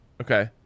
okay